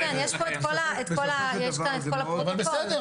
הוא כותב כאן: "זה לא מספיק,